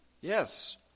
Yes